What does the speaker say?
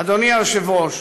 אדוני היושב-ראש,